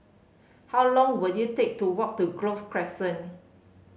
how long will it take to walk to Grove Crescent